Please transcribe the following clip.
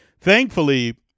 Thankfully